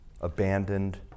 abandoned